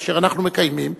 כאשר אנחנו מקיימים,